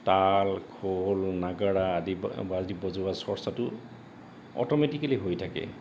তাল খোল নাগাৰা আদি আদি বজোৱাৰ চৰ্চাটো অট'মেটিকেলি হৈ থাকে